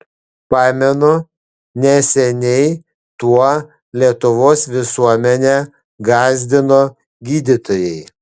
pamenu neseniai tuo lietuvos visuomenę gąsdino gydytojai